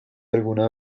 alguna